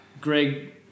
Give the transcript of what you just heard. Greg